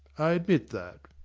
i admit that.